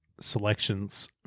selections